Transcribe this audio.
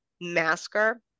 masker